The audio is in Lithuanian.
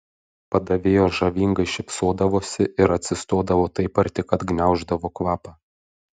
padavėjos žavingai šypsodavosi ir atsistodavo taip arti kad gniauždavo kvapą